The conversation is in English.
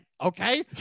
okay